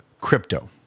crypto